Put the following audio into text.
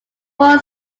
full